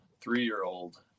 three-year-old